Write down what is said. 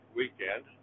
weekend